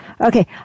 Okay